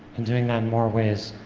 and doing that in more ways,